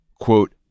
quote